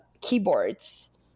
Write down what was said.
keyboards